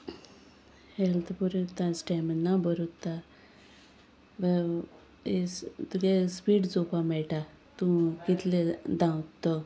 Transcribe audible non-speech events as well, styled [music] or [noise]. health बरी उता stamina बरो उरता [unintelligible] तुगे स्पीड चोवपा मेळटा तूं कितलें धांवता तो